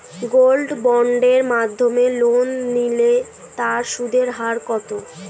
Gold বন্ডের মাধ্যমে loan নিলে তার সুদের হার কত?